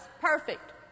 perfect